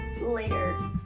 later